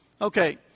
Okay